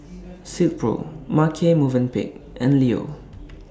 Silkpro Marche Movenpick and Leo